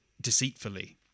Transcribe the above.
deceitfully